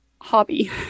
hobby